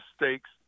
mistakes